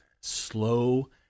Slow